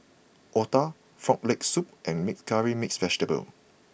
Otah Frog Leg Soup and meek Curry Mixed Vegetable